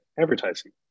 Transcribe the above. advertising